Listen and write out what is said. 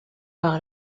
par